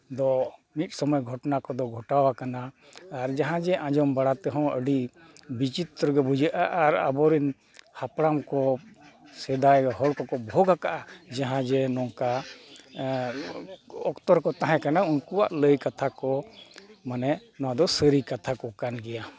ᱫᱚ ᱢᱤᱫ ᱥᱚᱢᱚᱭ ᱜᱷᱚᱴᱚᱱᱟ ᱠᱚᱫᱚ ᱜᱷᱚᱴᱟᱣ ᱟᱠᱟᱱᱟ ᱟᱨ ᱡᱟᱦᱟᱸ ᱡᱮ ᱟᱡᱚᱢ ᱵᱟᱲᱟ ᱛᱮ ᱦᱚᱸ ᱟᱹᱰᱤ ᱵᱤᱪᱤᱛᱨᱚ ᱜᱮ ᱵᱩᱡᱷᱟᱹᱜᱼᱟ ᱟᱨ ᱟᱵᱚ ᱨᱮᱱ ᱦᱟᱯᱲᱟᱢ ᱠᱚ ᱥᱮᱫᱟᱭ ᱦᱚᱲ ᱠᱚ ᱠᱚ ᱵᱷᱳᱜᱽ ᱟᱠᱟᱫᱼᱟ ᱡᱟᱦᱟᱸ ᱡᱮ ᱱᱚᱝᱠᱟ ᱚᱠᱛᱚ ᱨᱮᱠᱚ ᱛᱟᱦᱮᱸ ᱠᱟᱱᱟ ᱩᱱᱠᱩᱣᱟᱜ ᱞᱟᱹᱭ ᱠᱟᱛᱷᱟ ᱠᱚ ᱢᱟᱱᱮ ᱱᱚᱣᱟ ᱫᱚ ᱥᱟᱹᱨᱤ ᱠᱟᱛᱷᱟ ᱠᱚ ᱠᱟᱱ ᱜᱮᱭᱟ